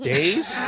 Days